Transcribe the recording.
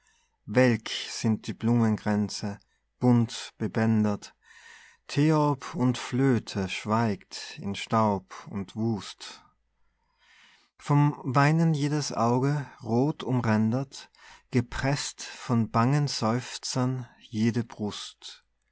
welk sind die blumenkränze bunt bebändert theorb und flöte schweigt in staub und wust vom weinen jedes auge roth umrändert gepreßt von bangen seufzern jede brust